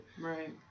right